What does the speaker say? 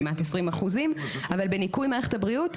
כמעט 20%. אבל בניכוי מערכת הבריאות,